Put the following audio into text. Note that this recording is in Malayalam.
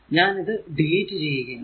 ഞാൻ ഇത് ഡിലീറ്റ് ചെയ്യുകയാണ്